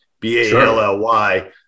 B-A-L-L-Y